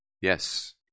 Yes